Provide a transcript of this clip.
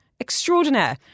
Extraordinaire